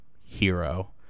hero